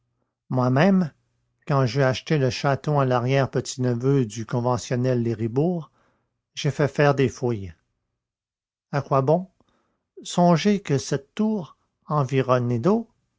moi-même quand j'eus acheté le château à larrière petit neveu du conventionnel leribourg j'ai fait faire des fouilles à quoi bon songez que cette tour environnée d'eau